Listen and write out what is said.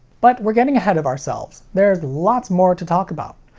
but we're getting ahead of ourselves. there's lots more to talk about.